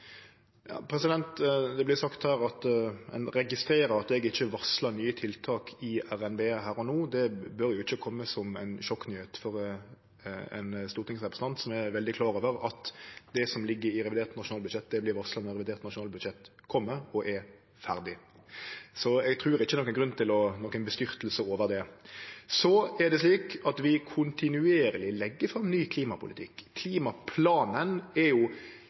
Det vert sagt her at ein registrerer at eg ikkje varslar nye tiltak i RNB her og no. Det bør jo ikkje kome som ei sjokknyheit for ein stortingsrepresentant som er veldig klar over at det som ligg i revidert nasjonalbudsjett, vert varsla når revidert nasjonalbudsjett kjem og er ferdig. Så eg trur ikkje det er nokon grunn til å verte overraska over det. Det er slik at vi kontinuerleg legg fram ny klimapolitikk. Klimaplanen er jo